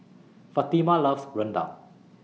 Fatima loves Rendang